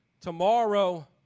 Tomorrow